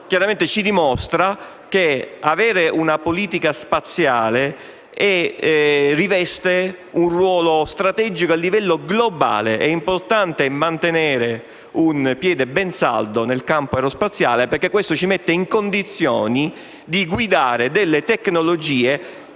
chiaramente ci dimostra che avere una politica spaziale riveste un ruolo strategico a livello globale. È importante mantenere un piede ben saldo nel campo aerospaziale perché ciò ci mette in condizioni di guidare tecnologie